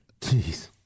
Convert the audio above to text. Jeez